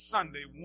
Sunday